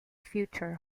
future